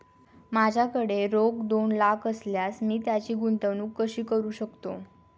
माझ्याकडे रोख दोन लाख असल्यास मी त्याची गुंतवणूक कशी करू शकतो?